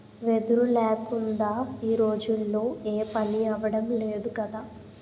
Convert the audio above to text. వెదురు లేకుందా ఈ రోజుల్లో ఏపనీ అవడం లేదు కదా